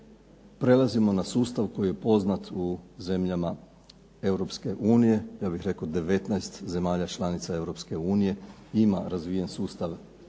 prelazimo na sustav koji je poznat u zemljama Europske unije, ja bih rekao 19 zemalja članica Europske unije ima razvijen sustav